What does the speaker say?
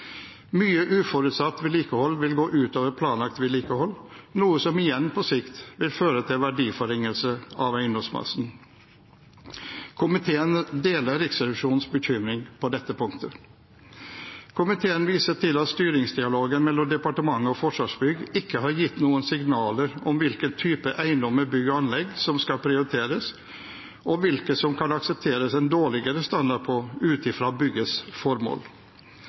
Mye uforutsett vedlikehold vil gå ut over planlagt vedlikehold, noe som igjen på sikt vil føre til verdiforringelse av eiendomsmassen. Komiteen deler Riksrevisjonens bekymring på dette punktet. Komiteen viser til at styringsdialogen mellom departementet og Forsvarsbygg ikke har gitt noen signaler om hvilke typer eiendommer, bygg og anlegg som skal prioriteres, og hvilke som det kan aksepteres en dårligere standard på ut fra byggets formål.